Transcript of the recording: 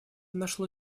нашло